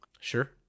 sure